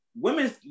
women